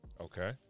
Okay